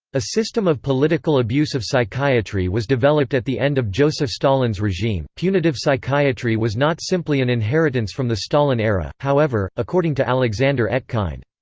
a system of political abuse of psychiatry was developed at the end of joseph stalin's regime punitive psychiatry was not simply an inheritance from the stalin era, however, according to alexander etkind.